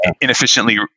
inefficiently